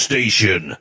Station